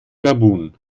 gabun